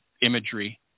imagery